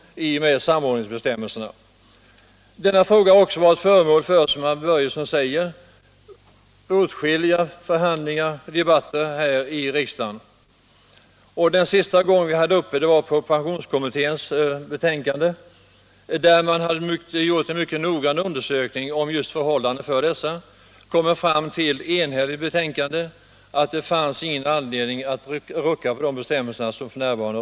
Denna fråga har, som herr Börjesson säger, varit föremål för åtskilliga förhandlingar och debatter här i riksdagen. Den senaste gången vi hade den uppe var vid behandlingen av pensionskommitténs betänkande. Där hade man gjort en mycket noggrann undersökning av just förhållandena för dessa änkor och i ett enhälligt betänkande kommit fram till att det inte fanns någon anledning att rucka på de nuvarande bestämmelserna.